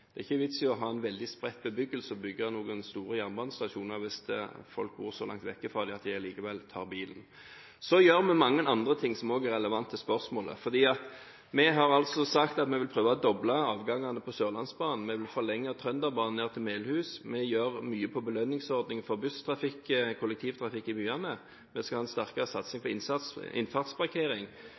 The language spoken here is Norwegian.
Det er ikke noen vits i å ha en veldig spredt bebyggelse og bygge noen store jernbanestasjoner hvis folk bor så langt vekk fra dem at de allikevel tar bilen. Vi gjør også mange andre ting som er relevante for spørsmålet. Vi har sagt at vi vil prøve å doble avgangene på Sørlandsbanen. Vi vil forlenge Trønderbanen ned til Melhus. Vi gjør mye når det gjelder belønningsordningen for busstrafikk og for kollektivtrafikken i byene. Vi skal ha en sterkere satsing på